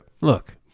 Look